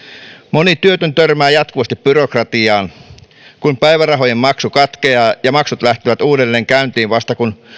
moni työtön törmää jatkuvasti byrokratiaan kun päivärahojen maksu katkeaa ja maksut lähtevät uudelleen käyntiin vasta kun